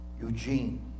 eugene